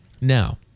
Now